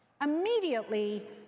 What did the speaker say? Immediately